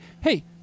hey